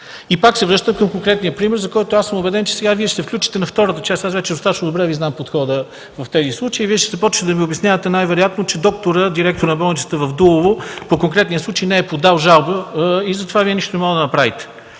Пак се връщам към конкретния пример, за който съм убеден, че сега Вие ще включите на втората част – вече достатъчно добре знам подхода Ви в тези случаи, ще започнете да ми обяснявате най-вероятно, че докторът – директор на болницата в Дулово, по конкретния случай не е подал жалба и затова Вие нищо не можете да направите.